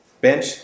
bench